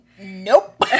Nope